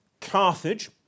Carthage